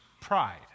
Pride